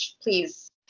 please